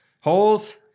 Holes